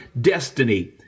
destiny